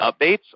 updates